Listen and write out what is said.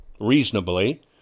reasonably